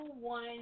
one